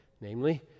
Namely